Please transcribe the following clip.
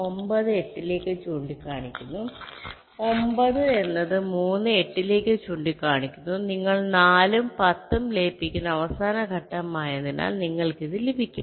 9 8 ലേക്ക് ചൂണ്ടിക്കാണിക്കുന്നു 9 എന്നത് 3 8 ലേക്ക് ചൂണ്ടിക്കാണിക്കുന്നു നിങ്ങൾ 4 ഉം 10 ഉം ലയിപ്പിക്കുന്ന അവസാന ഘട്ടമായതിനാൽ നിങ്ങൾക്ക് ഇത് ലഭിക്കും